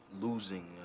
losing